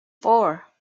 four